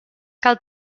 cal